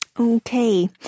Okay